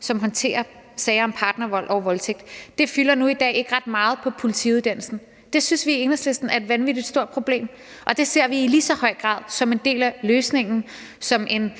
som håndterer sager om partnervold og voldtægt. Det fylder nu i dag ikke ret meget på politiuddannelsen – det synes vi i Enhedslisten er et vanvittig stort problem. Og at løse det ser vi i lige så høj grad som en del af hele løsningen, som en